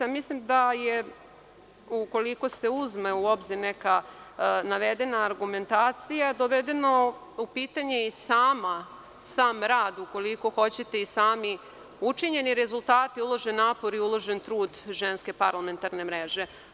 Mislim da je, ukoliko se uzme u obzir neka navedena argumentacija, doveden u pitanje i sam rad, ukoliko hoćete i sami učinjeni rezultati, uložen napor i uložen trud Ženske parlamentarne mreže.